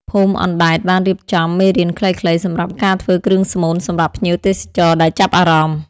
ភូមិអណ្ដែតបានរៀបចំ មេរៀនខ្លីៗ សម្រាប់ការធ្វើគ្រឿងស្មូនសម្រាប់ភ្ញៀវទេសចរដែលចាប់អារម្មណ៍។